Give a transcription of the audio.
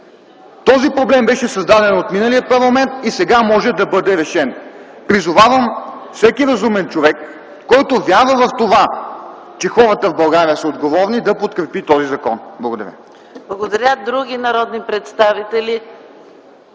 Този проблем беше създаден от миналия парламент и сега може да бъде решен. Призовавам всеки разумен човек, който вярва в това, че хората в България са отговорни, да подкрепи този закон. Благодаря. ПРЕДСЕДАТЕЛ ЕКАТЕРИНА